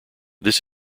this